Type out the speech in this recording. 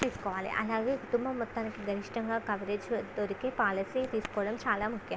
చేసుకోవాలి అలాగే మీ కుటుంబం మొత్తానికి గరిష్టంగా కవరేజ్ దొరికే పాలసీ తీసుకోవడం చాలా ముఖ్యం